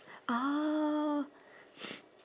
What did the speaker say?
oh